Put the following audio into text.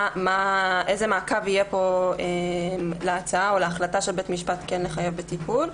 איזה מעקב יהיה להצעה או להחלטה של בית משפט לחייב בטיפול.